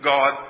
God